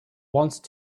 once